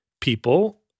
people